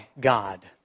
God